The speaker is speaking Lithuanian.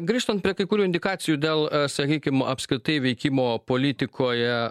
grįžtant prie kai kurių indikacijų dėl sakykim apskritai veikimo politikoje